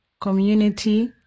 community